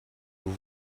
vous